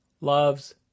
loves